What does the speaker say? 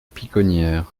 piconnières